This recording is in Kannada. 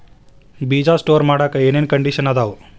ಬೇಜ ಸ್ಟೋರ್ ಮಾಡಾಕ್ ಏನೇನ್ ಕಂಡಿಷನ್ ಅದಾವ?